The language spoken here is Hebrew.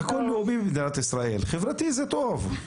כי הכול לאומי במדינת ישראל, חברתי זה טוב.